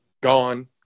gone